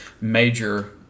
major